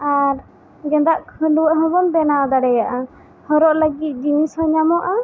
ᱟᱨ ᱜᱮᱸᱫᱟᱜ ᱠᱷᱟᱹᱱᱰᱩᱣᱟᱹ ᱦᱚᱸ ᱵᱚᱱ ᱵᱮᱱᱟᱣ ᱫᱟᱲᱮᱭᱟᱜᱼᱟ ᱦᱚᱨᱚᱜ ᱞᱟᱹᱜᱤᱫ ᱡᱤᱱᱤᱥ ᱦᱚᱸ ᱧᱟᱢᱚᱜᱼᱟ